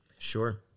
Sure